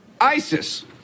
ISIS